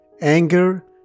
anger